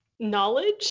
knowledge